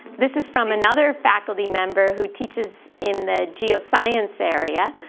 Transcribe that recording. this is from another faculty member who teaches in the geoscience area,